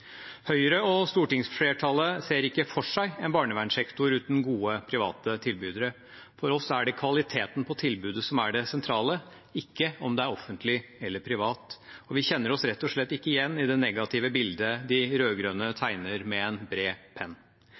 Høyre og stortingsflertallet ser ikke for seg en barnevernssektor uten gode private tilbydere. For oss er det kvaliteten på tilbudet som er det sentrale, ikke om det er offentlig eller privat. Vi kjenner oss rett og slett ikke igjen i det negative bildet de rød-grønne maler med bred